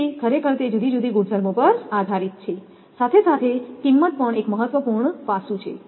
તેથી ખરેખર તે જુદી જુદી ગુણધર્મો પર આધારિત છે સાથે સાથે કિંમત પણ એક મહત્વપૂર્ણ પાસું છે